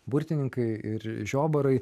burtininkai ir žiobarai